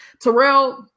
terrell